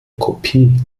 kopie